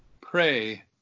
Pray